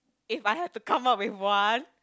if I have to come up with one